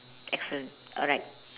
excellent alright